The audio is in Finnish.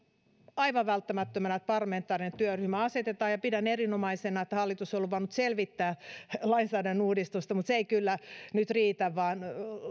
aivan välttämättömänä että parlamentaarinen työryhmä asetetaan ja pidän erinomaisena että hallitus on luvannut selvittää lainsäädännön uudistusta mutta se ei kyllä nyt riitä vaan